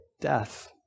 death